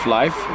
life